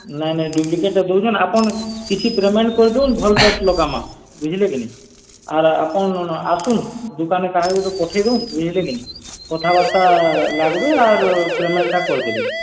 ନାଇଁ ନାଇଁ ଡୁପ୍ଲିକେଟ୍ଟା ଦେଉଛନ୍ ଆପଣ କିଛି ପେମେଣ୍ଟ କରି ଦିଅନ୍ତୁ ଭଲ୍ ରେଟ୍ ଲଗାମା ବୁଝିଲେ କି ନାଇଁ ଆର୍ ଆପଣ ଆସୁନ୍ ଦୁକାନ୍ କାହାକୁ ଗୋଟେ ପଠେଇ ଦିଅନ୍ତୁ ବୁଝିଲେ କି ନାଇଁ କଥାବାର୍ତ୍ତା ଲାଗ୍ବେ ପେମେଣ୍ଟଟା କରିଦେବେ